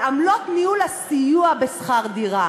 לעמלות ניהול הסיוע בשכר דירה.